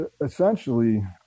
essentially